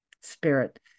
spirit